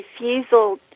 refusal